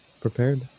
prepared